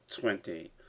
twenty